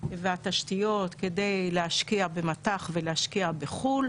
והתשתיות כדי להשקיע במט"ח ולהשקיע בחו"ל,